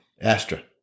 Astra